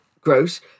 gross